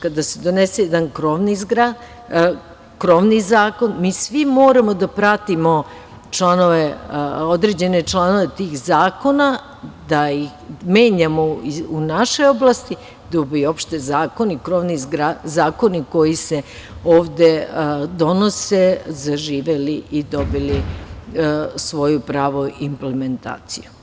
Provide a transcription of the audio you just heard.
Kada se donese jedan krovni zakon, mi svi moramo da pratimo određene članove tih zakona, da ih menjamo u našoj oblasti, da bi uopšte zakoni i krovni zakoni koji se ovde donose zaživeli i dobili svoju pravu implementaciju.